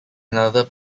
another